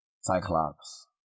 Cyclops